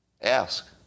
Ask